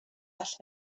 all